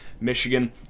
michigan